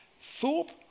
Thorpe